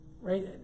Right